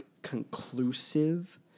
conclusive